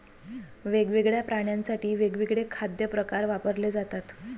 वेगवेगळ्या प्राण्यांसाठी वेगवेगळे खाद्य प्रकार वापरले जातात